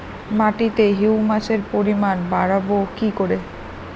মাটিতে হিউমাসের পরিমাণ বারবো কি করে?